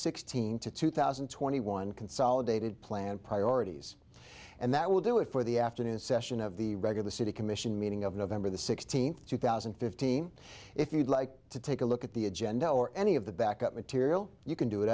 sixteen to two thousand and twenty one consolidated plan priorities and that will do it for the afternoon session of the regular city commission meeting of november the sixteenth two thousand and fifteen if you'd like to take a look at the agenda or any of the back up material you can do it